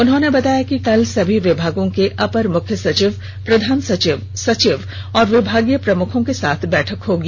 उन्होंने बताया कि कल सभी विभागों के अपर मुख्य सचिव प्रधान सचिव सचिव और विभागीय प्रमुखों के साथ बैठक होगी